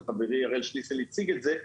וחברי הראל שליסל הציג את זה,